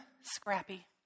Scrappy